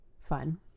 fun